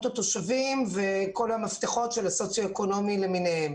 התושבים וכל המפתחות של הסוציו אקונומי למיניהם.